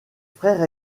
frère